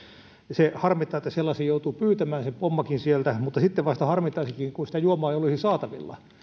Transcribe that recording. se harmittaa että sellaisia joutuu pyytämään sen pommacin sieltä mutta sitten vasta harmittaisikin kun sitä juomaa ei olisi saatavilla